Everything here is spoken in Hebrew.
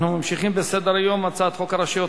אם כן, רבותי,